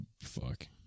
fuck